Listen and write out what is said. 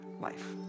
life